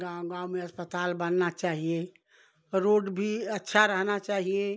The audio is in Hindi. गाँव गाँव में अस्पताल बनना चाहिए रोड भी अच्छा रहना चाहिए